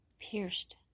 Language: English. pierced